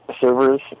servers